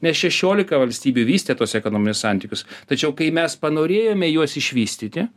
nes šešiolika valstybių vystė tuos ekonominius santykius tačiau kai mes panorėjome juos išvystyti